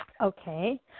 okay